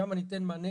שם ניתן מענה,